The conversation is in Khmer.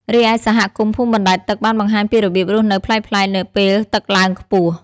រីឯសហគមន៍ភូមិបណ្តែតទឹកបានបង្ហាញពីរបៀបរស់នៅប្លែកៗនៅពេលទឹកឡើងខ្ពស់។